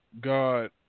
God